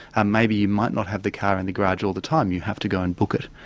ah maybe you might not have the car in the garage all the time, you have to go and book it.